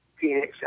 Phoenix